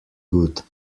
good